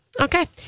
Okay